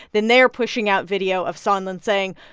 then they're pushing out video of sondland saying,